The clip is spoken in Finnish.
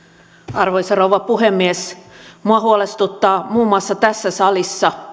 arvoisa rouva puhemies minua huolestuttaa muun muassa tässä salissa